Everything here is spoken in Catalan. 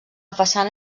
façana